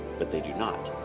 but they do not